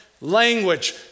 Language